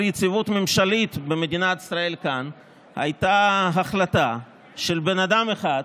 יציבות ממשלית במדינת ישראל כאן הייתה החלטה של בן אדם אחד,